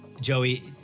Joey